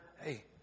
Hey